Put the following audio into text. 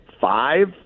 five